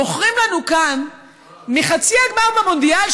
מוכרים לנו כאן מחצי הגמר במונדיאל,